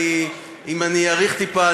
אם אני אאריך טיפה,